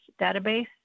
database